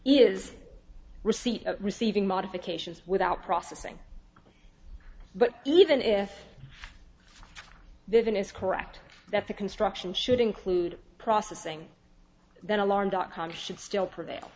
is receipt of receiving modifications without processing but even if they've been is correct that the construction should include processing that alarm dot com should still prevail